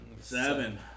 Seven